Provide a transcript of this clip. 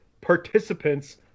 participants